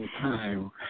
time